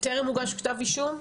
טרם הוגש כתב אישום?